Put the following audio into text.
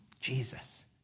Jesus